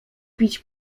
pić